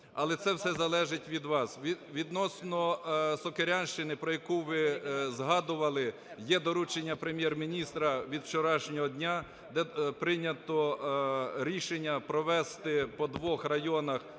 але це все залежить від вас. Відносно Сокирянщини, про яку ви згадували. Є доручення Прем'єр-міністра від вчорашнього дня, де прийнято рішення провести по двох районах